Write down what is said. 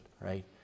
right